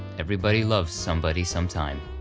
everybody loves somebody sometime.